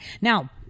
Now